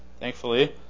Thankfully